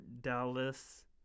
Dallas